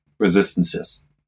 resistances